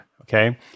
Okay